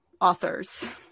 authors